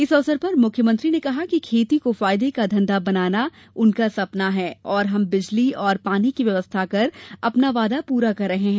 इस अवसर पर मुख्यमंत्री ने कहा कि खेती को फायदे का धंधा बनाना उनका सपना है और हम बिजली और पानी की व्यवस्था कर अपना वादा पूरा कर रहे हैं